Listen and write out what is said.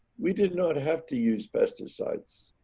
we did not have to use pesticides,